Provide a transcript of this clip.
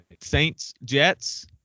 Saints-Jets